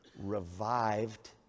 revived